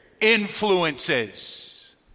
influences